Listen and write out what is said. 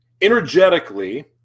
energetically